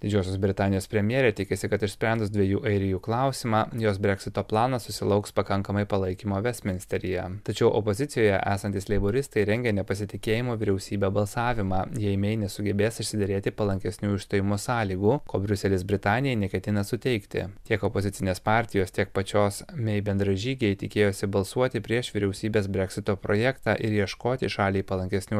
didžiosios britanijos premjerė tikisi kad išsprendus dviejų airijų klausimą jos breksito planas susilauks pakankamai palaikymo vestminsteryje tačiau opozicijoje esantys leiboristai rengia nepasitikėjimo vyriausybe balsavimą jei mey nesugebės išsiderėti palankesnių išstojimo sąlygų ko briuselis britanijai neketina suteikti tiek opozicinės partijos tiek pačios mey bendražygiai tikėjosi balsuoti prieš vyriausybės breksito projektą ir ieškoti šaliai palankesnių